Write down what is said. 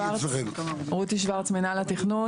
רותי שורץ, מינהל התכנון.